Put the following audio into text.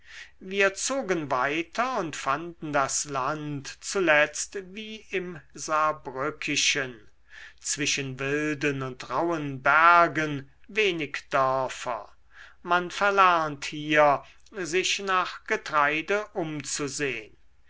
wir zogen weiter und fanden das land zuletzt wie im saarbrückischen zwischen wilden und rauhen bergen wenig dörfer man verlernt hier sich nach getreide umzusehn